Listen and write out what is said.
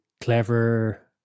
clever